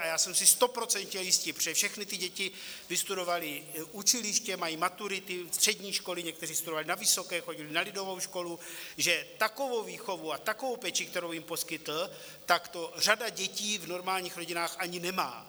A já jsem si stoprocentně jist, protože všechny ty děti vystudovaly učiliště, mají maturity, střední školy, někteří studovali na vysoké, chodili na lidovou školu, že takovou výchovu a takovou péči, kterou jim poskytl, tak to řada dětí v normálních rodinách ani nemá.